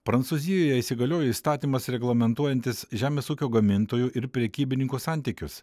prancūzijoje įsigaliojo įstatymas reglamentuojantis žemės ūkio gamintojų ir prekybininkų santykius